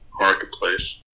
Marketplace